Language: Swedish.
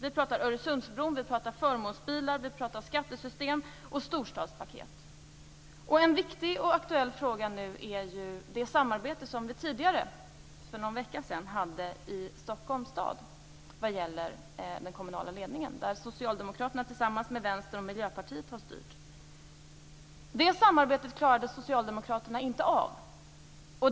Vi pratar Öresundsbron, vi pratar förmånsbilar, vi pratar skattesystem och storstadspaket. En viktig aktuell fråga är det samarbete som vi tidigare, för någon vecka sedan, hade i Stockholms stad vad gäller den kommunala ledningen. Socialdemokraterna har styrt tillsammans med Vänstern och Miljöpartiet. Det samarbetet klarade Socialdemokraterna inte av.